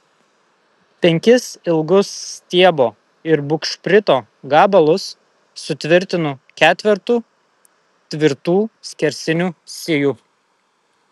penkis ilgus stiebo ir bugšprito gabalus sutvirtinu ketvertu tvirtų skersinių sijų